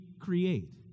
create